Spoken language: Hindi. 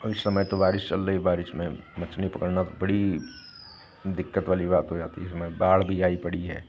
और इस समय तो बारिश चल रही है बारिश में मछली पकड़ना बड़ी दिक्कत वाली बात हो जाती है म बाढ़ भी आई पड़ी है